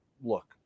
look